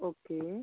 okay